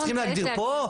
צריך להגדיר פה,